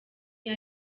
iyo